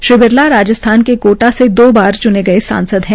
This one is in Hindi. श्री बिरला राज्स्थान के कोटा में दो बार चुने गये सांसद है